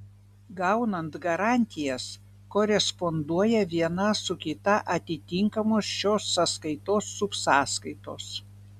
gaunant garantijas koresponduoja viena su kita atitinkamos šios sąskaitos subsąskaitos